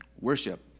worship